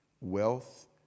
wealth